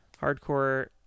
hardcore